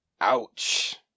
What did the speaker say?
Ouch